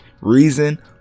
Reason